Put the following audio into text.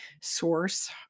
source